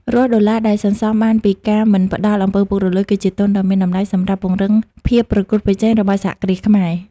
រាល់ដុល្លារដែលសន្សំបានពីការមិនផ្ដល់ អំពើពុករលួយ គឺជាទុនដ៏មានតម្លៃសម្រាប់ពង្រឹងភាពប្រកួតប្រជែងរបស់សហគ្រាសខ្មែរ។